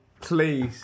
Please